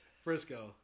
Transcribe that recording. Frisco